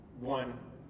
one